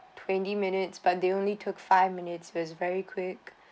twenty minutes but they only took five minutes it was very quick